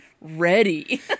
ready